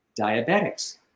diabetics